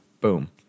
Boom